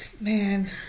man